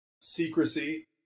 secrecy